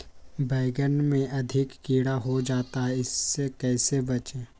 बैंगन में अधिक कीड़ा हो जाता हैं इससे कैसे बचे?